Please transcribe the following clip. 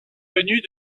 venus